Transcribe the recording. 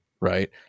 Right